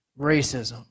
racism